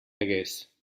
hagués